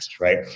right